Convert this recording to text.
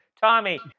Tommy